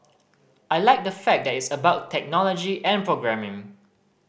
I like the fact that it's about technology and programming